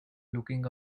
looking